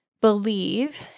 believe